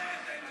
השרשרת האנושית.